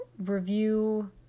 review